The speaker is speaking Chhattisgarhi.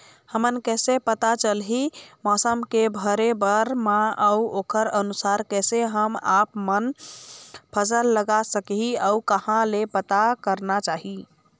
हमन कैसे पता चलही मौसम के भरे बर मा अउ ओकर अनुसार कैसे हम आपमन फसल लगा सकही अउ कहां से पता करना चाही?